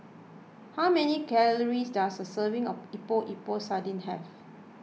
how many calories does a serving of Epok Epok Sardin have